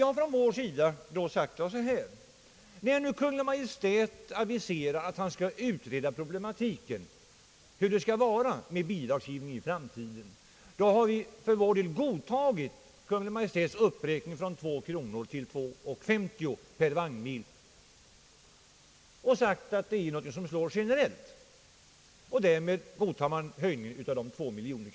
Vi reservanter har resonerat ungefär så här: när Kungl. Maj:t aviserat en utredning om hur bidragsgivningen i framtiden skall utformas, godtar vi för vår del Kungl. Maj:ts uppräkning från 2 kronor till 2:50 per vagnmil. Detta ger utslag generellt, och därför godtas höjningen med de 2 miljonerna.